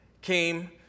came